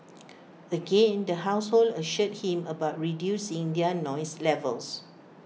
again the household assured him about reducing their noise levels